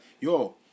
yo